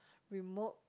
remote